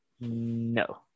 no